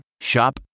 Shop